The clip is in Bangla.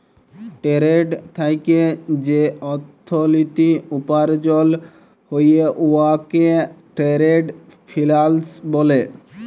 টেরেড থ্যাইকে যে অথ্থলিতি উপার্জল হ্যয় উয়াকে টেরেড ফিল্যাল্স ব্যলে